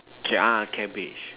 ah cabbage